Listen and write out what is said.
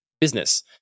business